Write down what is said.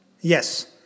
Yes